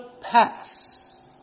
pass